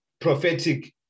prophetic